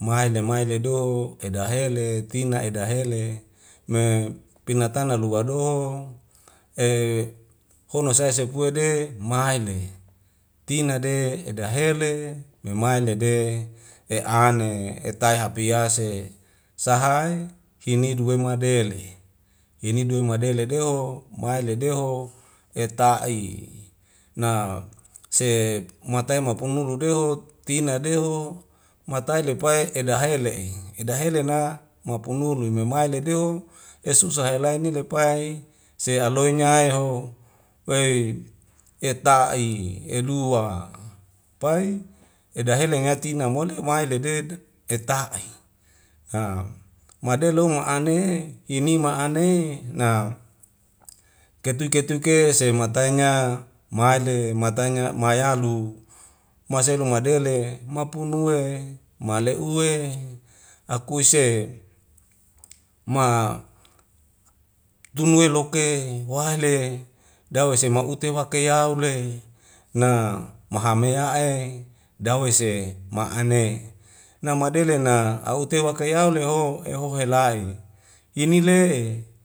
mae le mae le doho edahele tina edahele me pina tana lua do e hona sae sepue de maele tina de dahele memaele de e'ane etai hapiase sahae hidi duwe muadele hini duwe muadele deho maile deho eta'i na sep matai mapu nuru dehot tina deho matai leipai edahale'e edahelena mapunulu llemamhai ledeuo esusa helaini ni lepai se aloinyaheho wei eta'i edua pai edahelenga tina mole mai dedeta eta'i a made longa mang ane hini ma'ane na ketui ketuk ke semai tainya maele matanya mayalu maselo madele mapunue male'uwe akuise ma tunue loke waele dawese ma'ute wake yaule na mahamea'e dawese ma'ane namadele na aute wakayaule ho eho'e la'e ini le'e